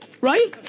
Right